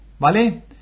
¿Vale